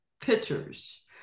pictures